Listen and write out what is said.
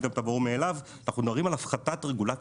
גם את הברו מאליו - אנחנו מדברים על הפחתת רגולציה,